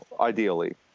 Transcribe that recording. ideally